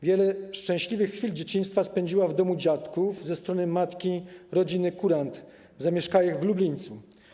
Wiele szczęśliwych chwil dzieciństwa spędziła w domu dziadków ze strony matki, rodziny Courant, zamieszkałych w Lublińcu.